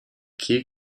key